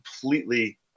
completely